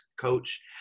coach